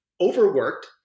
overworked